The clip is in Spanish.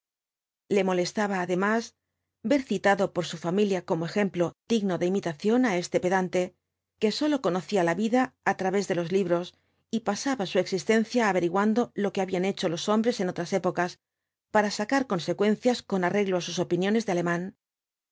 le molestaba además ver citado por su familia como ejemplo digno de imitación á este pedante que sólo conocía la vida á través de los libros y pasaba su existencia averiguando lo que habían hecho los hombres en otras épocas para sacar consecuencias con arreglo á sus opiniones de alemán